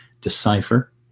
decipher